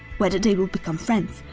wheather they will become friends,